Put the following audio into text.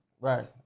Right